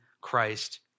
Christ